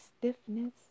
stiffness